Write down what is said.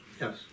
Yes